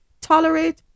Tolerate